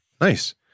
Nice